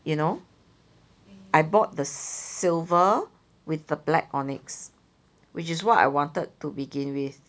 you know I bought the silver with the black onyx which is what I wanted to begin with